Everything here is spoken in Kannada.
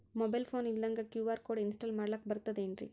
ಮೊಬೈಲ್ ಫೋನ ಇಲ್ದಂಗ ಕ್ಯೂ.ಆರ್ ಕೋಡ್ ಇನ್ಸ್ಟಾಲ ಮಾಡ್ಲಕ ಬರ್ತದೇನ್ರಿ?